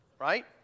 right